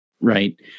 Right